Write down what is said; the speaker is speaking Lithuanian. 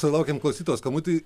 sulaukėm klausytojo skambutį